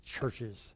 churches